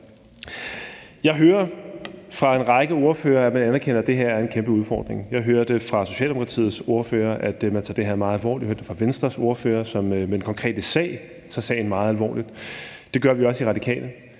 Jeg hører fra en række ordførere, at man anerkender, at det her er en kæmpe udfordring. Jeg hørte fra Socialdemokratiets ordfører, at man tager det her meget alvorligt. Jeg hørte det fra Venstres ordfører, som i den konkrete sag tager sagen meget alvorligt. Det gør vi også i Radikale.